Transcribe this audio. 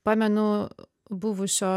pamenu buvusio